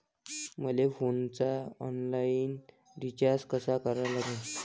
मले फोनचा online recharge कसा करा लागन?